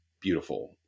beautiful